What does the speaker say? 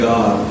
God